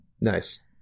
Nice